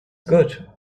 good